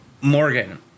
Morgan